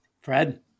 Fred